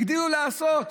הגדילו לעשות: